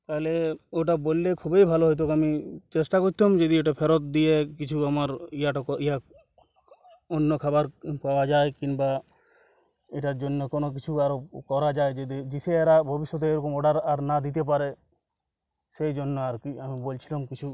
তাহলে ওটা বললে খুবই ভালো হতো আমি চেষ্টা করতাম যদি ওটা ফেরত দিয়ে কিছু আমার ইয়াটাকো ইয়া অন্য খাবার পাওয়া যায় কিংবা এটার জন্য কোনও কিছু আরও ও করা যায় যদি দিশেহারা ভবিষ্যতে এরকম অর্ডার আর না দিতে পারে সেই জন্য আর কি আমি বলছিলাম কিছু